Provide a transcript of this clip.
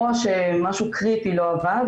או שמשהו קריטי לא עבד,